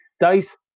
Dice